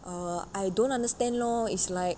err I don't understand lor is like